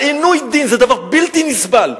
זה דבר בלתי נסבל.